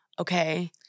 Okay